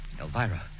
Elvira